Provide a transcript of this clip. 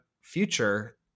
future